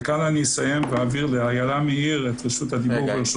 כאן אני אסיים ואעביר לאיילה מאיר את רשות הדיבור ברשותך.